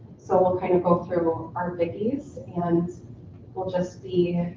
so we'll kind of go through our biggies and we'll just be